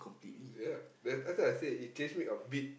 ya that that's why I say it teach me a bit